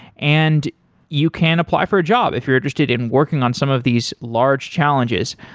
and you can apply for a job if you're interested in working on some of these large challenges.